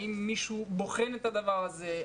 האם מישהו בוחן את הדבר הזה,